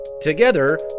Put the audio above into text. Together